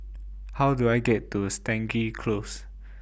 How Do I get to Stangee Close